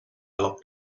locked